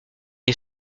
est